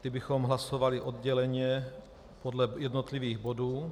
Ty bychom hlasovali odděleně podle jednotlivých bodů.